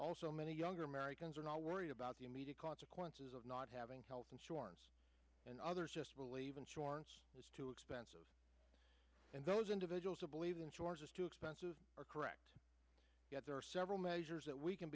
also many younger americans are now worried about the immediate consequences of not having health insurance and others just believe insurance is too expensive and those individuals who believe that you are just too expensive are correct yet there are several measures that we can